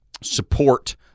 support